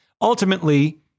Ultimately